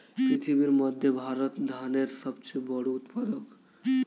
পৃথিবীর মধ্যে ভারত ধানের সবচেয়ে বড় উৎপাদক